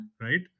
Right